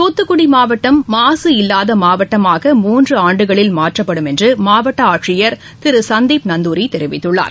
தூத்துக்குடி மாவட்டம் மாசு இல்லாத மாவட்டமாக மூன்று ஆண்டுகளில் மாற்றப்படும் என்று மாவட்ட ஆட்சியர் திரு சந்தீப் நந்தூரி தெரிவித்துள்ளார்